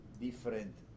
different